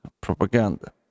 propaganda